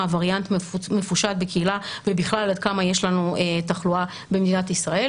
הווריאנט מפושט בקהילה ובכלל עד כמה יש לנו תחלואה במדינת ישראל.